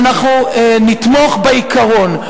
ואנחנו נתמוך בעיקרון,